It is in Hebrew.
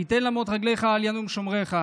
אל יִתן למוט רגלך אל ינום שֹמרך.